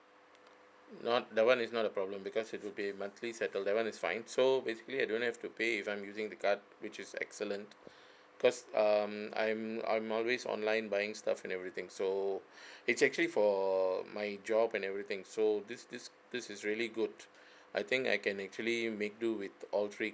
not that [one] is not a problem because it would be monthly settle that [one] is fine so basically I don't have to pay if I'm using the card which is excellent cause um I'm I'm always online buying stuff and everything so it's actually for my job and everything so this this this is really good I think I can actually make do with all three